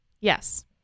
Yes